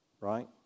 Right